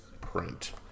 print